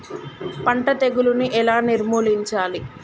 పంట తెగులుని ఎలా నిర్మూలించాలి?